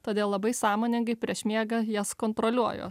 todėl labai sąmoningai prieš miegą jas kontroliuoju